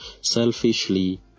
selfishly